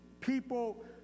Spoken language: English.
people